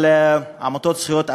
אבל עמותות זכויות אדם,